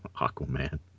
Aquaman